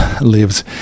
lives